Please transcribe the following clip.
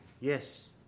yes